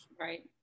right